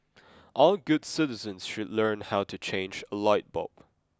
all good citizens should learn how to change a light bulb